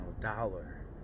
dollar